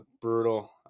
brutal